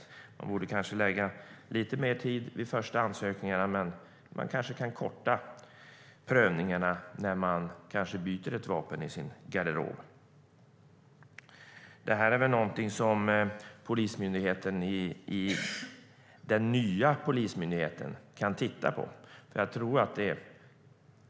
Polisen borde kanske lägga lite mer tid på den första ansökningen och kan kanske korta prövningarna när man byter ett vapen i sin garderob. Detta är väl något som den nya polismyndigheten kan titta på.